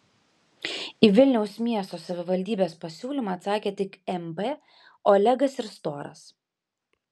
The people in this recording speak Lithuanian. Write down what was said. į vilniaus miesto savivaldybės pasiūlymą atsakė tik mb olegas ir storas